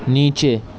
نیچے